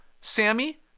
Sammy